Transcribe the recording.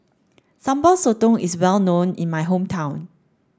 Sambal Sotong is well known in my hometown